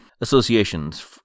associations